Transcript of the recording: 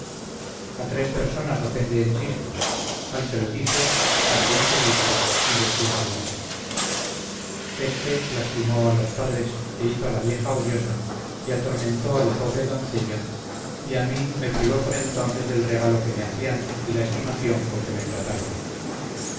a tres personas ofende el chisme al que lo dice a quien se dice y de quien se dice este lastimó a los padres e hizo a la vieja odiosa y atormentó a la pobre doncella y a mi me privó por entonces del regalo que me hacían y la estimación con que me trataban